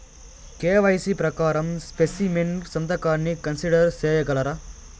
KYC ప్రకారం specimen సంతకాన్ని consider సేయగలరా?